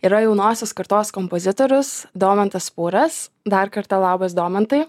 yra jaunosios kartos kompozitorius domantas pūras dar kartą labas domantai